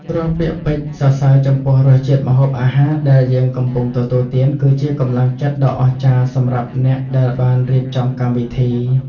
រាល់ពាក្យពេចន៍សរសើរចំពោះរសជាតិម្ហូបអាហារដែលយើងកំពុងទទួលទាន គឺជាកម្លាំងចិត្តដ៏អស្ចារ្យសម្រាប់អ្នកដែលបានរៀបចំកម្មវិធី។